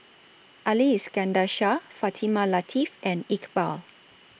Ali Iskandar Shah Fatimah Lateef and Iqbal